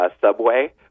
subway